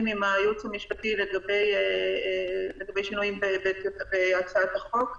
עם הייעוץ המשפטי לגבי שינויים בהצעת החוק.